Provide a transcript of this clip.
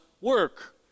work